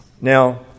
Now